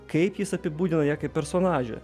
kaip jis apibūdina ją kaip personažę